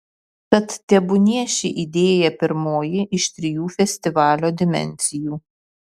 tad tebūnie ši idėja pirmoji iš trijų festivalio dimensijų